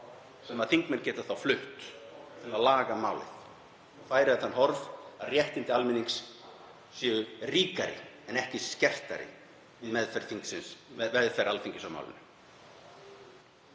sem þingmenn geta þá flutt til að laga málið og færa það í það horf að réttindi almennings séu ríkari en ekki skertari við meðferð Alþingis á málinu.